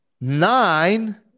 nine